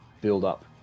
build-up